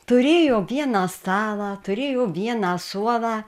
turėjo vieną stalą turėjo vieną suolą